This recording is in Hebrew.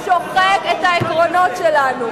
כל מי שמתחזק את התפיסה הזאת שוחק את העקרונות שלנו.